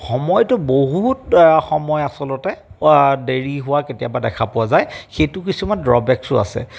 সময়টো বহুত সময় আচলতে দেৰি হোৱা কেতিয়াবা দেখা পোৱা যায় সেইটো কিছুমান ড্ৰবেকছো আছে